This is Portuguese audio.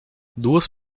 duas